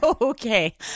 okay